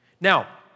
Now